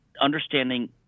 understanding